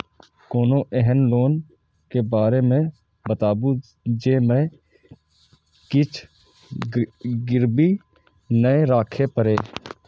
कोनो एहन लोन के बारे मे बताबु जे मे किछ गीरबी नय राखे परे?